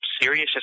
serious